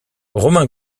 romain